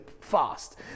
fast